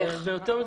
איך?